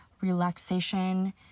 relaxation